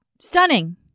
stunning